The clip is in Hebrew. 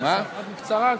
אדוני,